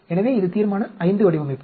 எனவே இது தீர்மான V வடிவமைப்பு